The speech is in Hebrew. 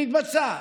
איך היא מתבצעת.